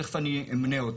תכף אני אמנה אותן.